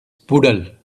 puddle